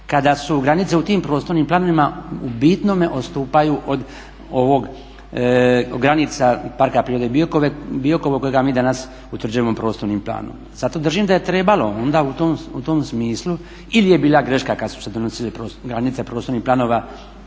kada su granice u tim prostornim planovima u bitnome odstupaju od granica Parka prirode Biokovo kojega mi danas utvrđujemo prostornim planom. Zato držim da je trebalo onda u tom smislu ili je bila greška kad su se donosile granice prostornih planova